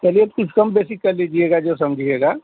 चलिए तो कुछ कम बेसी कर लीजिएगा जो समझिएगा